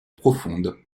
profondes